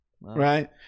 right